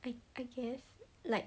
I I guess like